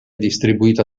distribuita